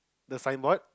the signboard